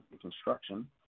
construction